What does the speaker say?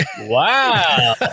Wow